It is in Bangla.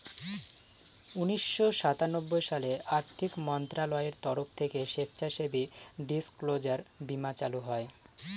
উনিশশো সাতানব্বই সালে আর্থিক মন্ত্রণালয়ের তরফ থেকে স্বেচ্ছাসেবী ডিসক্লোজার বীমা চালু হয়